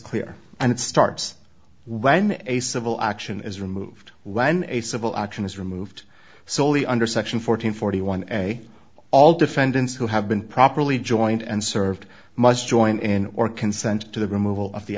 clear and it starts when a civil action is removed when a civil action is removed soley under section fourteen forty one and all defendants who have been properly joined and served must join in or consent to the removal of the